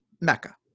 Mecca